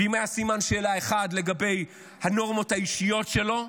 ואם היה סימן שאלה אחד לגבי הנורמות האישיות שלו,